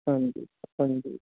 ਹਾਂਜੀ ਹਾਂਜੀ